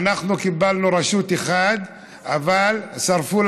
אבל מה קרה לכם בטובא,